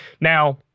now